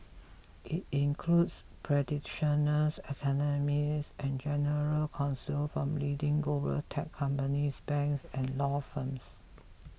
it includes practitioners academics and general counsel from leading global tech companies banks and law firms